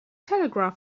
telegraph